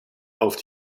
auf